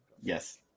Yes